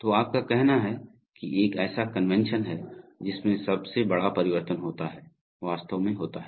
तो आपका कहना है कि एक ऐसा कन्वेंशन है जिसमें सबसे बड़ा परिवर्तन होता है वास्तव में होता है